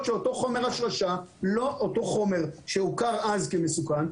שאותו חומר השרשה לא אותו חומר שהוכר אז כמסוכן,